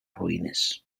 ruïnes